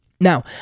Now